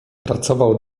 pracował